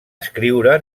escriure